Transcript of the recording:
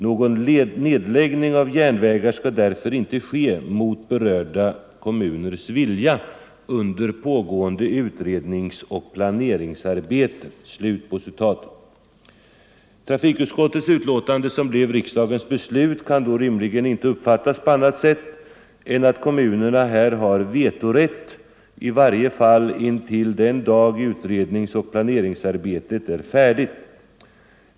Någon nedläggning av järnvägar skall därför inte ske — mot berörda kommuners vilja — under pågående utredningsoch planeringsarbete.” Trafikutskottets uttalande, som blev riksdagens beslut, kan då rimligen 67 inte uppfattas på annat sätt än att kommunerna här har vetorätt — i varje fall intill den dag utredningsoch planeringsarbetet är färdigt.